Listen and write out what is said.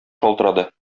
шалтырады